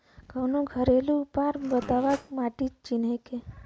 कवनो घरेलू उपाय बताया माटी चिन्हे के?